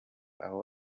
aho